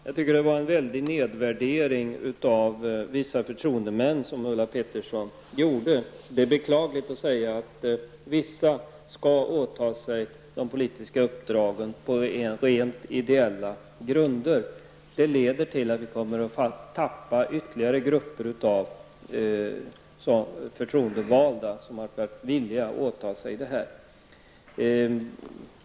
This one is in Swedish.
Jag tycker att det var en väldig nedvärdering av vissa förtroendemän som Ulla Pettersson gjorde. Det är beklagligt om man säger att vissa skall åta sig de politiska uppdragen på rent ideella grunder. Det leder till att vi kommer att tappa ytterligare grupper av förtroendevalda, av personer som är villiga att åta sig de här uppdragen.